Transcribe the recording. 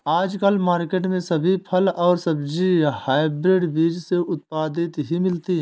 आजकल मार्केट में सभी फल और सब्जी हायब्रिड बीज से उत्पादित ही मिलती है